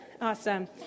Awesome